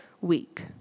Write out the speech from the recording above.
week